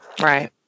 Right